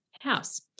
house